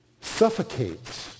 suffocates